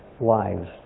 lives